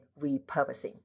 repurposing